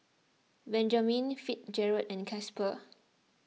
Benjamen Fitzgerald and Casper